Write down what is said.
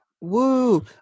woo